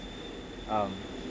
um